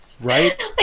Right